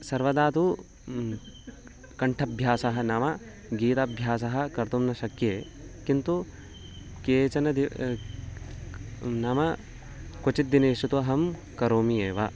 सर्वदा तु कण्ठभ्यासः नाम गीताभ्यासः कर्तुं न शक्ये किन्तु केचन दिव् नाम क्वचित् दिनेषु तु अहं करोमि एव